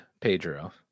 Pedro